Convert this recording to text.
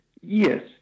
Yes